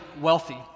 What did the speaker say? wealthy